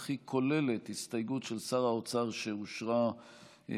אך היא כוללת הסתייגות של שר האוצר שאושרה בוועדה,